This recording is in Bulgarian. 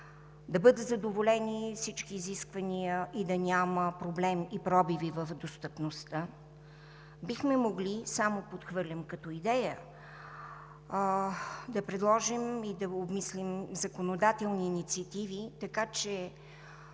да бъдат задоволени всички изисквания и да няма проблеми и пробиви в достъпността, бихме могли – само подхвърлям като идея, да предложим и да обмислим законодателни инициативи, така че